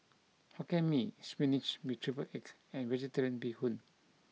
Hokkien mee spinach with triple egg and vegetarian bee hoon